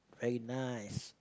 very nice